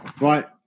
Right